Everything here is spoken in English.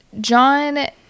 John